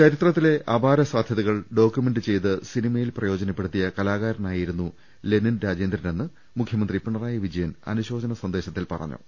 ചരിത്രത്തിലെ അപാര സാധ്യതകൾ ഡോക്യുമെന്റ് ചെയ്ത് സിനി മയിൽ പ്രയോജനപ്പെടുത്തിയ കലാകാരനായിരുന്നു ലെനിൽ രാജേ ന്ദ്രനെന്ന് മുഖ്യമന്ത്രി പിണറായി വിജയൻ അനുശോചന സന്ദേശ ത്തിൽ പറഞ്ഞു